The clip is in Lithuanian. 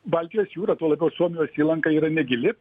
baltijos jūra tuo labiau suomijos įlanka yra negili